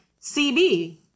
CB